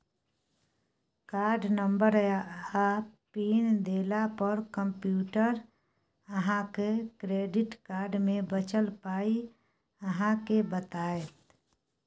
card number आ PIN देला पर कंप्यूटर अहाँक क्रेडिट कार्ड मे बचल पाइ अहाँ केँ बताएत